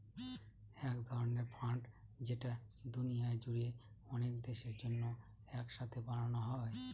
এক ধরনের ফান্ড যেটা দুনিয়া জুড়ে অনেক দেশের জন্য এক সাথে বানানো হয়